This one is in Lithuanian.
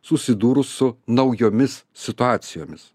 susidūrus su naujomis situacijomis